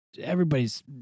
everybody's